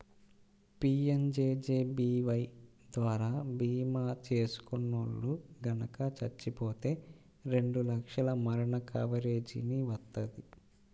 PMJJBY ద్వారా భీమా చేసుకున్నోల్లు గనక చచ్చిపోతే రెండు లక్షల మరణ కవరేజీని వత్తది